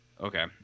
Okay